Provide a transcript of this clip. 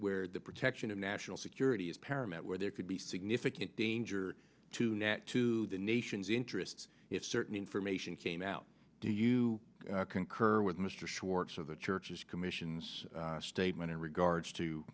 where the protection of national security is paramount where there could be significant danger to net to the nation's interests if certain information came out do you concur with mr schwartz of the church's commission's statement in regards to